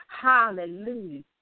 Hallelujah